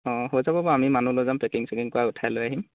অঁ হৈ যাব বাৰু আমি মানুহ লৈ যাম পেকিং চেকিং কৰাই উঠাই লৈ আহিম